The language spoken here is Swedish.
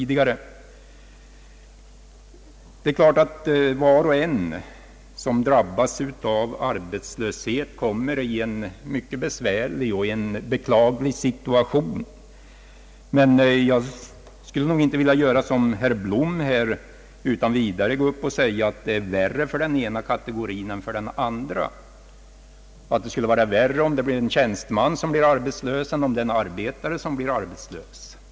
Det är klart att var och en som har drabbats av arbetslöshet kommer i en mycket besvärlig och beklaglig situation, men jag skulle inte vilja göra som herr Blom, vilken utan vidare går upp och säger att det är värre för den ena kategorin än för den andra, att det är värre om en tjänsteman blir arbetslös än om en arbetare blir det.